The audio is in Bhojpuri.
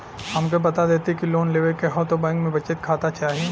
हमके बता देती की लोन लेवे के हव त बैंक में बचत खाता चाही?